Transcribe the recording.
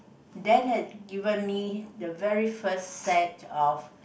that has given me the very first set of